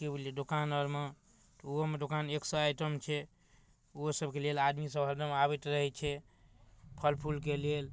कि बुझलिए दोकान आओरमे तऽ ओहोमे दोकान एक सओ आइटम छै ओहो सबके लेल आदमीसब हरदम आबैत रहै छै फल फूलके लेल